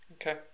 Okay